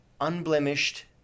unblemished